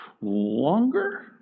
longer